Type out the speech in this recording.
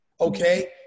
Okay